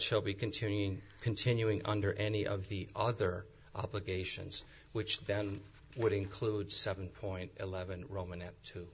shall be continuing continuing under any of the other obligations which then would include seven point eleven roman and two